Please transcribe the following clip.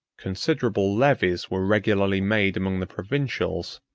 considerable levies were regularly made among the provincials,